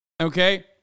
okay